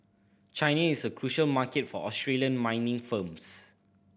China is a crucial market for Australian mining firms